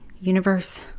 universe